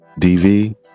DV